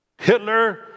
Hitler